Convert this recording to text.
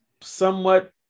somewhat